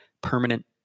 permanent